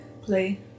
play